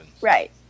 right